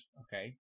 okay